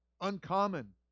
uncommon